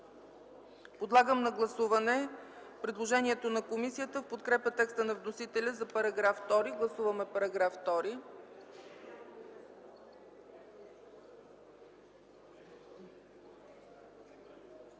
Подлагам на гласуване предложението на комисията в подкрепа текста на вносителя за чл. 112. Гласуваме чл.